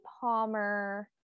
Palmer